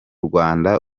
rwanda